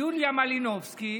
יוליה מלינובסקי